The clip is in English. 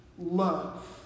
Love